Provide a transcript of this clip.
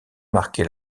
marqué